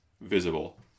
visible